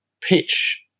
pitch